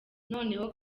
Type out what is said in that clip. noneho